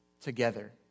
Together